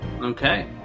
Okay